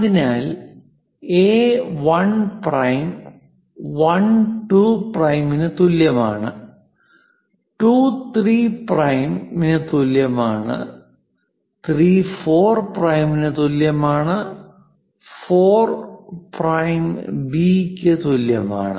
അതിനാൽ A 1 prime 1 2 പ്രൈമിന് തുല്യമാണ് 2 3 പ്രൈമിന് തുല്യമാണ് 3 4 പ്രൈമിന് തുല്യമാണ് 4 പ്രൈം ബി ക്ക് തുല്യമാണ്